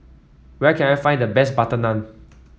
where can I find the best butter naan